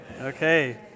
Okay